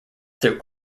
through